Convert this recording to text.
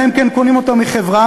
אלא אם כן קונים אותה מחברה,